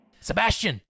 Sebastian